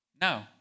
No